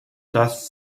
das